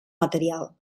material